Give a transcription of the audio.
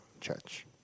church